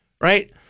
Right